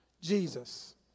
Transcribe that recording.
Jesus